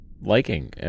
liking